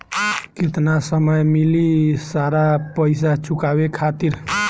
केतना समय मिली सारा पेईसा चुकाने खातिर?